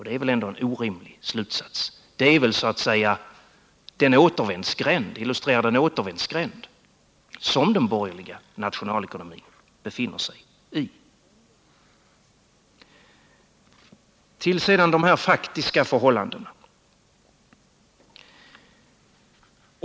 Det är väl ändå en orimlig slutsats, och ett sådant resonemang illustrerar bara den återvändsgränd som den borgerliga nationalekonomin befinner sig i. Sedan till de faktiska förhållandena.